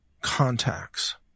contacts